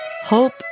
hope